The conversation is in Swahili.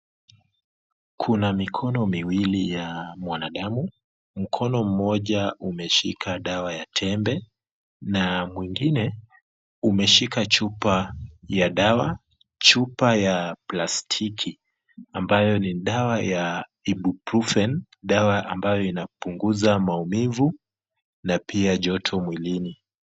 Kuna mikono miwili ya mwanadamu, mkono mmoja umeshika dawa ya tembe, na mwingine umeshika chupa ya dawa, chupa ya plastiki ambayo ni dawa ya Ibuprofen. Dawa ambayo inapunguza maumivu na pia joto mwilini.